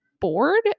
board